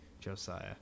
Josiah